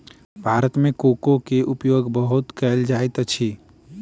भारत मे कोको के उपयोग बहुत कयल जाइत अछि